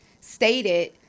stated